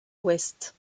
ouest